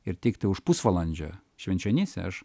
ir tiktai už pusvalandžio švenčionyse aš